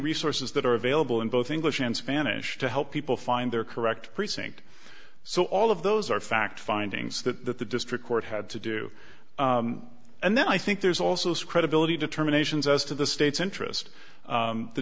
resources that are available in both english and spanish to help people find their correct precinct so all of those are fact findings that the district court had to do and then i think there's also spread ability determinations as to the state's interest